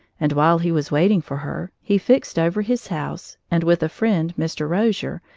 and while he was waiting for her, he fixed over his house, and with a friend, mr. rozier,